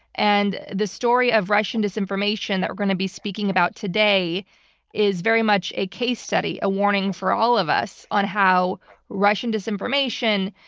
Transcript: and the story of russian disinformation that we're going to be speaking about today is very much a case study, a warning for all of us on how russian disinformation,